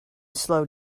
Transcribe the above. slow